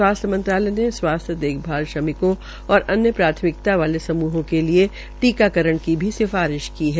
स्वास्थ्य मंत्रालय ने स्वास्थ्य देखभाल श्रमिकों और अन्य प्राथमिकता वाले समूहों के लिये टीकाकरण की भी सिफारिश की है